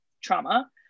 trauma